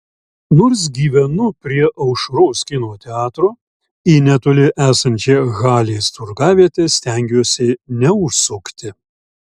nors gyvenu prie aušros kino teatro į netoli esančią halės turgavietę stengiuosi neužsukti